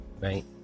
right